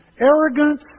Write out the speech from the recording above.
arrogance